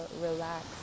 relax